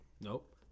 Nope